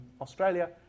Australia